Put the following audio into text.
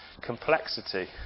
complexity